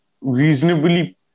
reasonably